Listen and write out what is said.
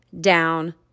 down